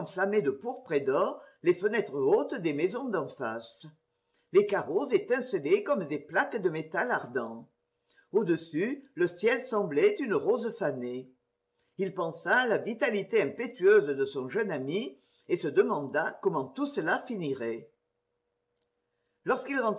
de pourpre et d'or les fenêtres hautes des maisons d'en face les carreaux étincelaient comme des plaques de métal ardent au dessus le ciel semblait une rose fanée il pensa à la vitalité impétueuse de son jeune ami et se demanda comment tout cela finirait